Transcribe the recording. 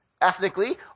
ethnically